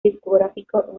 discográfico